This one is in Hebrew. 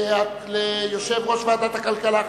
ליושב-ראש ועדת הכלכלה,